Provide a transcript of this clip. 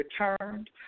returned